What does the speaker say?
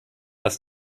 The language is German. dass